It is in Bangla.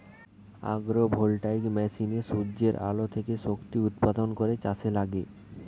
আগ্রো ভোল্টাইক মেশিনে সূর্যের আলো থেকে শক্তি উৎপাদন করে চাষে লাগে